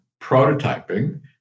prototyping